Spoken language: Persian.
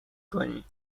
کنی